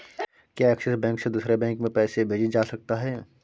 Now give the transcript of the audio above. क्या Axis bank से दूसरे बैंक में पैसे भेजे जा सकता हैं?